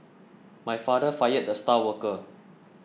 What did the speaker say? my father fired the star worker